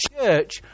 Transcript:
church